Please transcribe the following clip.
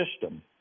system